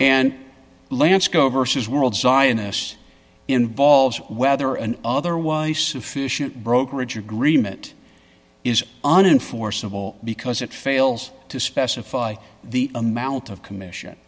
and lance go versus world zionists involves whether an otherwise sufficient brokerage agreement is on in force of all because it fails to specify the amount of commission